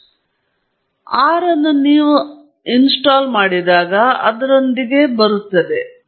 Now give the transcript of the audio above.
ಮತ್ತು ಈ data set R ನಲ್ಲಿಯೂ ಸಹ ಲಭ್ಯವಿರುತ್ತದೆ ಅದು ನೀವು ಅನುಸ್ಥಾಪಿಸಿದಾಗ ಅದರೊಂದಿಗೆ ಬರುತ್ತದೆ